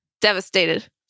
devastated